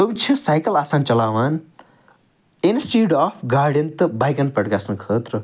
تِم چھِ سایکل آسان چَلاوان اِنَسٹیٚڈ آف گاڑیٚن تہٕ بایکَن پٮ۪ٹھ گَژھنہٕ خٲطرٕ